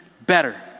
better